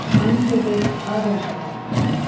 unpivot other columns.